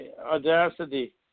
audacity